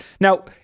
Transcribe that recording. Now